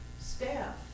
staff